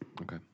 Okay